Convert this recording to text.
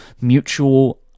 mutual